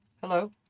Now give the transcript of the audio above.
Hello